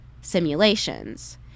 simulations